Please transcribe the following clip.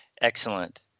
Excellent